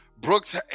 Brooks